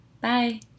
Bye